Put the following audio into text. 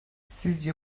sizce